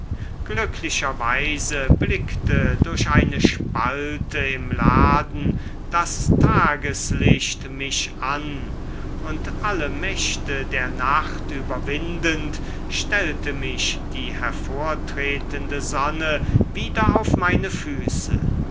glücklicherweise blickte durch eine spalte im laden das tageslicht mich an und alle mächte der nacht überwindend stellte mich die hervortretende sonne wieder auf meine füße